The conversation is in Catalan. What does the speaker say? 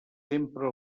sempre